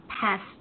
past